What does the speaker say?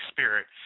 Spirit